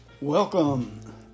Welcome